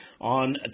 on